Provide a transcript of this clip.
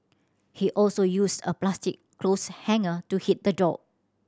he also used a plastic clothes hanger to hit the dog